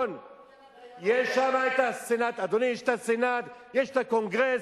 אדוני, יש שם הסנאט, יש הקונגרס,